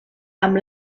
amb